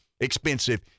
expensive